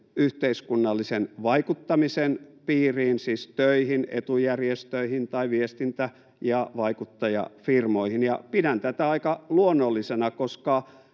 yhteiskunnallisen vaikuttamisen piiriin, siis töihin etujärjestöihin tai viestintä- ja vaikuttajafirmoihin, ja pidän tätä aika luonnollisena,